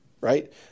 right